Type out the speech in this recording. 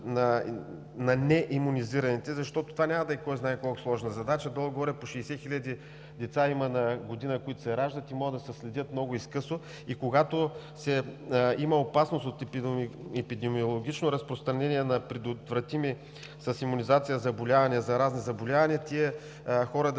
на неимунизирането, защото това няма да е кой знае колко сложна задача? Горе-долу на година се раждат по 60 хиляди деца и могат да се следят много изкъсо. Когато има опасност от епидемиологично разпространение на предотвратими с имунизация заболявания, заразни заболявания, тези хора да